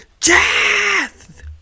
death